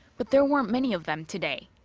but there weren't many of them today.